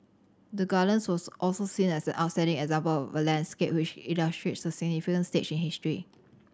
the Gardens was also seen as an outstanding example of a landscape which illustrates a significant stage in history